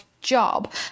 job